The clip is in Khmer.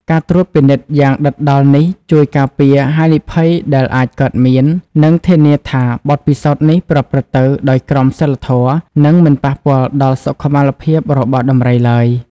ការត្រួតពិនិត្យយ៉ាងដិតដល់នេះជួយការពារហានិភ័យដែលអាចកើតមាន និងធានាថាបទពិសោធន៍នេះប្រព្រឹត្តទៅដោយក្រមសីលធម៌ និងមិនប៉ះពាល់ដល់សុខុមាលភាពរបស់ដំរីឡើយ។